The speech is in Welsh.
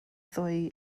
ddwy